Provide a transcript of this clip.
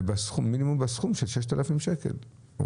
ומינימום בסכום של 6,000 שקל.